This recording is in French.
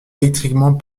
électriquement